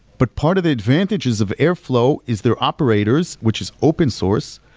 but part of the advantages of airflow is their operators, which is open source,